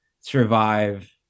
survive